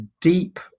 deep